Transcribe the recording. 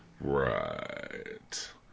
Right